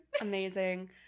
Amazing